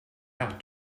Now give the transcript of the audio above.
have